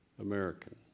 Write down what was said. American